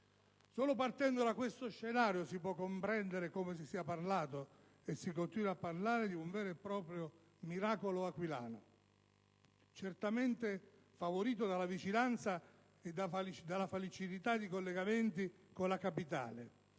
Solo partendo da questo scenario si può comprendere come si sia parlato e si continui a parlare di un vero e proprio miracolo aquilano, certamente favorito dalla vicinanza e dalla facilità di collegamenti con la Capitale,